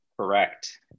Correct